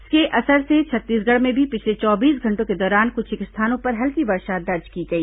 इसके असर से छत्तीसगढ़ में भी पिछले चौबीस घंटों के दौरान कुछेक स्थानों पर हल्की वर्षा दर्ज की गई